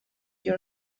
your